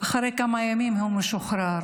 אחרי כמה ימים הוא משוחרר,